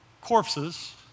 corpses